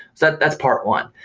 so that's part one.